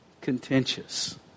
contentious